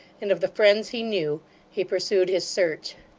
and of the friends he knew he pursued his search.